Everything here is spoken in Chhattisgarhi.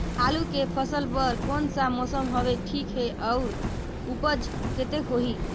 आलू के फसल बर कोन सा मौसम हवे ठीक हे अउर ऊपज कतेक होही?